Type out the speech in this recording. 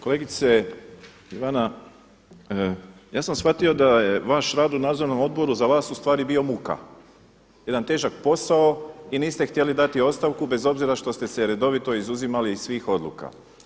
Kolegice Ivana, ja sam shvatio da je vaš rad u nadzornom odboru za vas ustvari bio muka, jedan težak posao i niste htjeli dati ostavku bez obzira što ste se redovito izuzimali iz svih odluka.